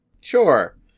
Sure